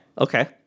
Okay